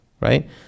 right